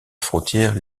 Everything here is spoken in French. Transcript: frontière